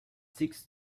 six